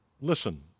listen